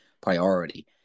priority